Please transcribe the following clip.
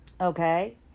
okay